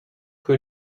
que